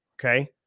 Okay